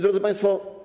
Drodzy Państwo!